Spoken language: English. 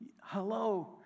hello